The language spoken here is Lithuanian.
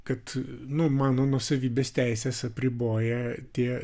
kad nu mano nuosavybės teises apriboja tie